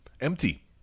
Empty